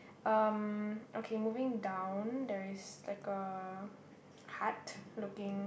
um okay moving down there is like a heart looking